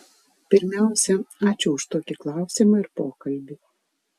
pirmiausia ačiū už tokį klausimą ir pokalbį